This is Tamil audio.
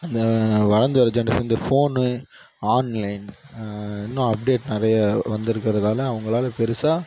அந்த வளர்ந்து வர்ற ஜென்ரேஷன் இந்த ஃபோனு ஆன்லைன் இன்னும் அப்டேட் நிறைய வந்திருக்கறதால அவங்களால பெரிசா